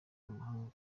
amahanga